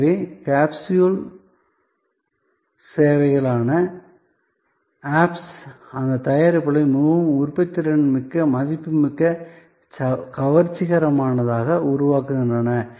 எனவே காப்ஸ்யூல் சேவைகளான ஆப்ஸ் அந்த தயாரிப்புகளை மிகவும் உற்பத்தித்திறன் மிக்க மதிப்புமிக்க கவர்ச்சிகரமானதாக உருவாக்குகின்றன